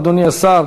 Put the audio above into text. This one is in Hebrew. אדוני השר